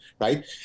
right